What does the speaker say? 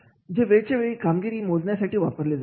जे वेळच्यावेळी कामगिरी मोजण्यासाठी वापरले जातात